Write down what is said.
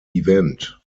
event